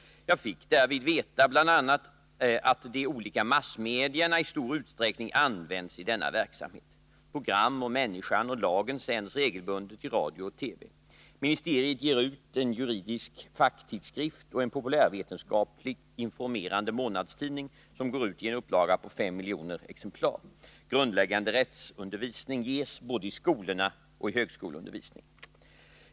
Jag fick därvid veta bl.a. att de olika massmedierna i stor utsträckning används i denna verksamhet. Program om människan och lagen sänds regelbundet i radio och TV. Ministeriet ger ut en juridisk facktidskrift och en populärvetenskaplig informerande månadstidning, som går ut i en upplaga på 5 miljoner exemplar. Grundläggande rättsundervisning ges både i skolorna och i högskoleundervisningen.